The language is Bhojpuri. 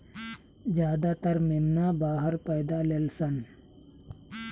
ज्यादातर मेमना बाहर पैदा लेलसन